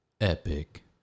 Epic